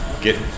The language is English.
Get